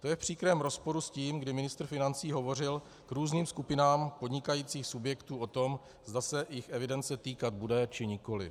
To je v příkrém rozporu s tím, kdy ministr financí hovořil k různým skupinám podnikajících subjektů o tom, zda se jich evidence týkat bude, či nikoli.